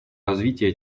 развитие